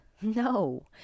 No